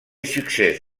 succès